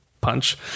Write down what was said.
Punch